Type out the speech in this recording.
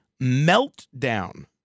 meltdown